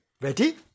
Ready